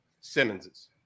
Simmons's